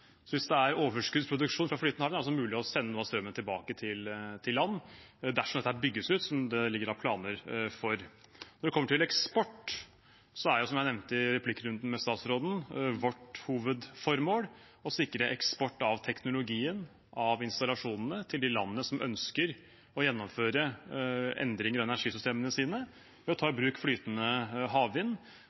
Hvis det er overskuddsproduksjon fra flytende havvind, er det altså mulig å sende noe av strømmen tilbake til land – dersom dette bygges ut, som det ligger planer for. Når det kommer til eksport, er det, som jeg nevnte i replikkrunden med statsråden, vårt hovedformål å sikre eksport av teknologien, av installasjonene, til de landene som ønsker å gjennomføre endringer i energisystemene sine, ved å ta i bruk flytende havvind.